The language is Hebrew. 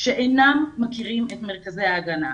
שאינם מכירים את מרכזי ההגנה.